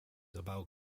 about